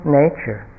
nature